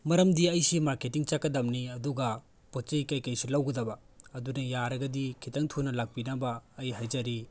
ꯃꯔꯝꯗꯤ ꯑꯩꯁꯤ ꯃꯥꯔꯀꯦꯠꯇꯤꯡ ꯆꯠꯀꯗꯕꯅꯤ ꯑꯗꯨꯒ ꯄꯣꯠ ꯆꯩ ꯀꯩꯀꯩꯁꯨ ꯂꯧꯒꯗꯕ ꯑꯗꯨꯅ ꯌꯥꯔꯒꯗꯤ ꯈꯤꯇꯪ ꯊꯨꯅ ꯂꯥꯛꯄꯤꯅꯕ ꯑꯩ ꯍꯥꯏꯖꯔꯤ